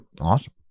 Awesome